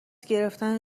گرفتن